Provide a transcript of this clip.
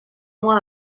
mois